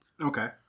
okay